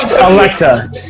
Alexa